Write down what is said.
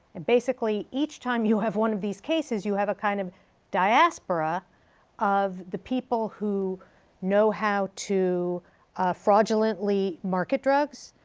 and basically each time you have one of these cases you have a kind of diaspora of the people who know how to fraudulently market drugs,